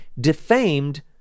defamed